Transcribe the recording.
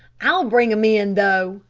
i'll bring em in, though,